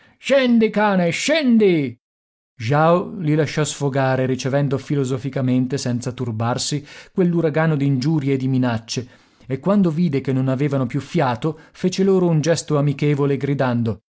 scendi cane scendi jao li lasciò sfogare ricevendo filosoficamente senza turbarsi quell'uragano d'ingiurie e di minacce e quando vide che non avevano più fiato fece loro un gesto amichevole gridando